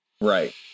right